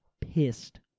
pissed